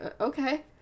okay